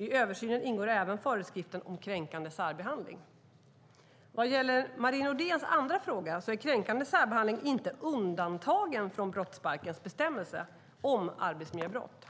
I översynen ingår även föreskriften om kränkande särbehandling. Vad gäller Marie Nordéns andra fråga vill jag säga att kränkande särbehandling inte är undantagen från brottsbalkens bestämmelse om arbetsmiljöbrott.